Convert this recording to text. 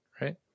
right